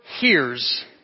hears